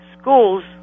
schools